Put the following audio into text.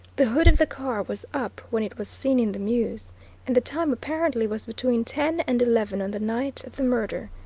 the hood of the car was up when it was seen in the mews and the time apparently was between ten and eleven on the night of the murder.